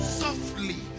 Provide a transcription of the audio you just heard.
softly